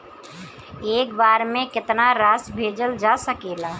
एक बार में केतना राशि भेजल जा सकेला?